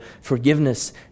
forgiveness